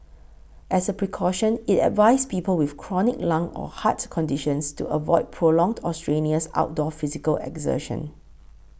as a precaution it advised people with chronic lung or heart conditions to avoid prolonged or strenuous outdoor physical exertion